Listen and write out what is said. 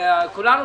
להתייחס.